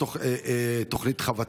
חס וחלילה,